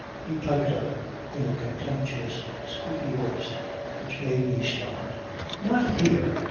he piped up in a contemptuous squeaky voice which made me start not here.